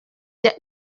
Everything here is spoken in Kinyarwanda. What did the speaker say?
rya